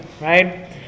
Right